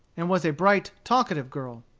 and was a bright, talkative girl.